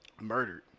murdered